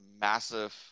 massive